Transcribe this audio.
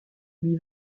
lui